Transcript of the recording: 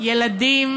ילדים